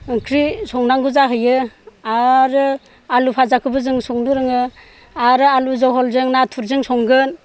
ओंख्रि संनांगौ जाहैयो आरो आलु भाजाखौबो जोङो संनो रोङो आरो आलु जहलजों नाथुरजों संगोन